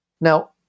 Now